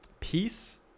peace